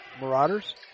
Marauders